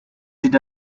did